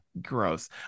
Gross